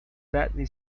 badly